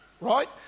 right